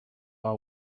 our